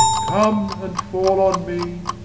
come, and fall on me,